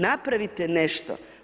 Napravite nešto.